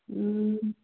ꯎꯝ